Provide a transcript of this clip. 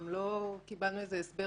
גם לא קיבלנו הסבר